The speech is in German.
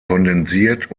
kondensiert